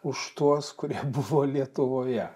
už tuos kurie buvo lietuvoje